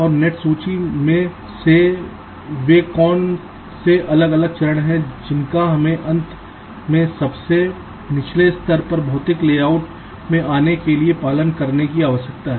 और नेट सूची से वे कौन से अलग अलग चरण हैं जिनका हमें अंत में सबसे निचले स्तर पर भौतिक लेआउट में आने के लिए पालन करने की आवश्यकता है